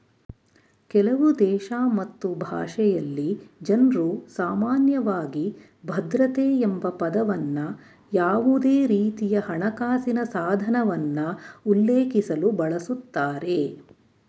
ಕೆಲವುದೇಶ ಮತ್ತು ಭಾಷೆಯಲ್ಲಿ ಜನ್ರುಸಾಮಾನ್ಯವಾಗಿ ಭದ್ರತೆ ಎಂಬಪದವನ್ನ ಯಾವುದೇರೀತಿಯಹಣಕಾಸಿನ ಸಾಧನವನ್ನ ಉಲ್ಲೇಖಿಸಲು ಬಳಸುತ್ತಾರೆ